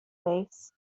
face